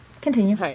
Continue